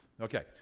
okay